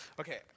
Okay